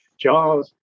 jaws